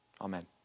amen